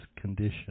condition